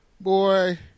Boy